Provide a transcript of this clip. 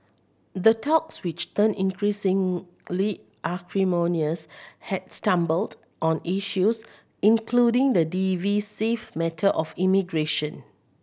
the talks which turned increasingly acrimonious had stumbled on issues including the divisive matter of immigration